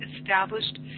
established